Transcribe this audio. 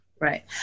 right